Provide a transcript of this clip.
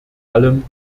allem